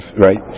right